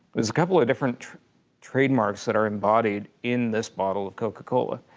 there's a couple of different trademarks that are embodied in this bottle of coca-cola.